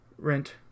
Rent